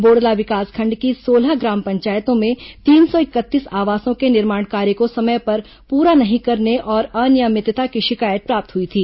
बोड़ला विकासखंड की सोलह ग्राम पंचायतों में तीन सौ इकतीस आवासों के निर्माण कार्य को समय पर पूरा नहीं करने और अनियमितता का शिकायत प्राप्त हुई थी